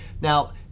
now